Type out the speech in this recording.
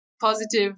positive